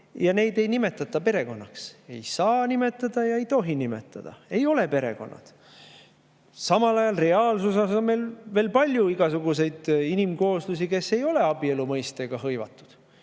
ja neid ei nimetata perekonnaks, ei saa nimetada ja ei tohi nimetada. Ei ole perekonnad! Reaalsuses on veel palju igasuguseid inimkooslusi, mis ei ole abielu mõistega hõivatud.